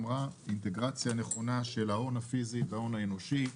אינטגרציה נכונה של ההון הפיזי וההון האנושי,